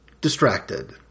distracted